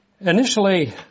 Initially